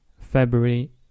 February